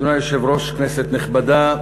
אדוני היושב-ראש, כנסת נכבדה,